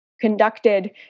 conducted